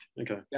Okay